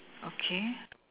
okay